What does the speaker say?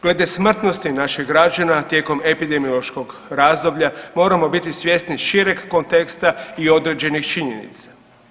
Glede smrtnosti naših građana tijekom epidemiološkog razdoblja moramo biti svjesni šireg konteksta i određenih činjenica.